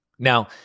Now